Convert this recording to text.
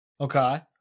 Okay